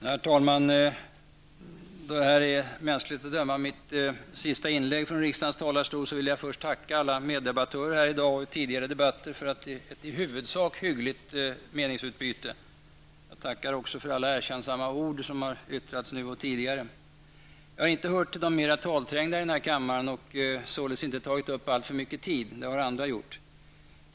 Herr talman! Då detta mänskligt att döma är mitt sista inlägg från riksdagens talarstol vill jag först tacka alla meddebattörer här i dag och i tidigare debatter för ett i huvudsak hyggligt meningsutbyte. Jag tackar också för alla erkännsamma ord som har yttrats nu och tidigare. Jag har inte hört till de mera talträngda i denna kammare och således inte tagit upp alltför mycket tid. Det har andra gjort.